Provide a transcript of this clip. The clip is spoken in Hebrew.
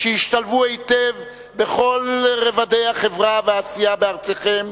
שהשתלבו היטב בכל רובדי החברה והעשייה בארצכם,